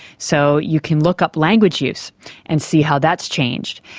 so you can look up language use and see how that's changed.